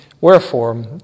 Wherefore